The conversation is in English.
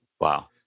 Wow